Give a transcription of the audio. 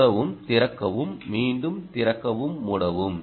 மூடவும் திறக்கவும் மீண்டும் திறக்கவும் மூடவும்